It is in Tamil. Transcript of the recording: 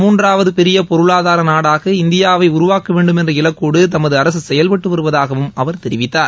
மூன்றாவது பெரிய பொருளாதார நாடாக இந்தியாவை உருவாக்க வேண்டும் என்ற இலக்கோடு தமது அரசு செயல்பட்டு வருவதாகவும் அவர் தெரிவித்தார்